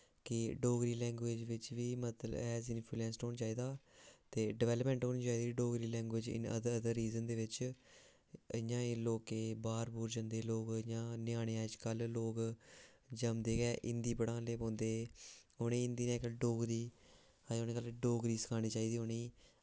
की डोगरी लैंग्वेज बिच बी मतलब ऐसा इन्फूलेंस होना चाहिदा डेवेल्पमेंट होनी चाहिदी डोगरी लैंग्वेज दी इन अदर रीजन बिच इं'या लोकें ई बाह्र जंदे लोग इं'या ञ्यानें अज कल्ल लोग जम्मदे गै हिंदी पढ़ानै ई लग्गी पौंदे उनें ई हिंदी ते डोगरी डोगरी सखानी चाहिदी उनें ई